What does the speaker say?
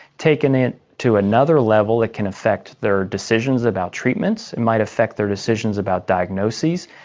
taking it to another level it can affect their decisions about treatments, it might affect their decisions about diagnoses.